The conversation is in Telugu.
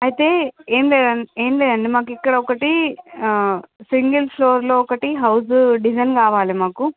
అయితే ఏం లేద ఏం లేదండి మాకిక్కడొక్కటి సింగిల్ ఫ్లోర్లో ఒకటి హౌసు డిజైన్ కావలే మాకు